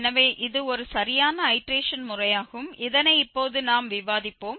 எனவே இது ஒரு சரியான ஐடேரேஷன் முறையாகும் இதனை இப்போது நாம் விவாதிப்போம்